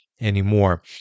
anymore